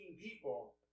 people